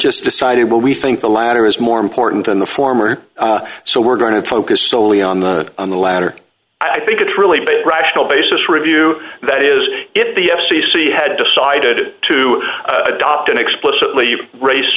just decided well we think the latter is more important than the former so we're going to focus solely on the on the latter i think it's really been a rational basis review that is it the f c c had decided to adopt an explicitly race